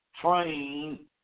train